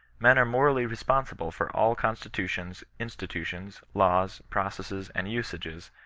men are morally responsible for all constitutions, institutions, laws, processes, and usages,